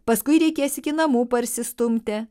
paskui reikės iki namų parsistumti